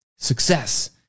Success